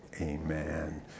amen